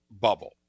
bubble